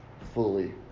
fully